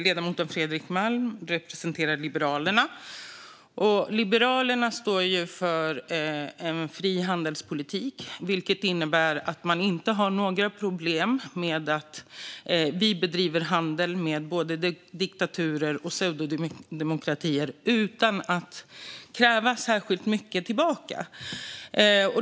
Ledamoten Fredrik Malm representerar Liberalerna, och Liberalerna står för en fri handelspolitik. Det innebär att man inte har några problem med att Sverige bedriver handel med både diktaturer och pseudodemokratier utan att kräva särskilt mycket tillbaka.